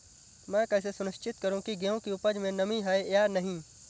मैं कैसे सुनिश्चित करूँ की गेहूँ की उपज में नमी है या नहीं?